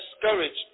discouraged